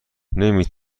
نمی